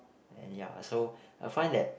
and ya so I find that